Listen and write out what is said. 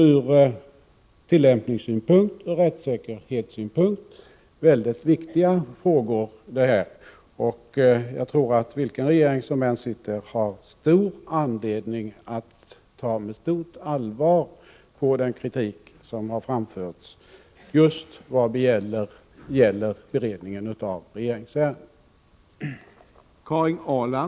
Ur tillämpningssynpunkt och rättssäkerhetssynpunkt är detta mycket viktiga frågor. Jag tror att den regering som sitter vid makten, oavsett vilken regering det är, har anledning att ta med stort allvar på den kritik som har framförts just vad gäller beredningen av regeringsärenden.